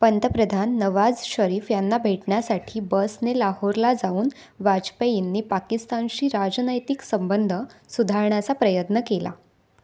पंतप्रधान नवाज शरीफ यांना भेटण्यासाठी बसने लाहोरला जाऊन वाजपेईंनी पाकिस्तानशी राजनैतिक संबंध सुधारण्याचा प्रयत्न केला